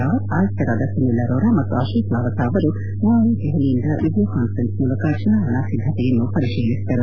ರಾವತ್ ಆಯುಕ್ತರಾದ ಸುನೀಲ್ ಅರೋರಾ ಮತ್ತು ಅಕೋಕ್ ಲಾವಸ ಅವರು ನಿನ್ನೆ ದೆಹಲಿಯಿಂದ ವಿಡಿಯೋ ಕಾನ್ಸರೆನ್ಸ್ ಮೂಲಕ ಚುನಾವಣಾ ಸಿದ್ದತೆಯನ್ನು ಪರಿತೀಲಿಸಿದರು